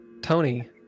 Tony